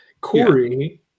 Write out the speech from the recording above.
Corey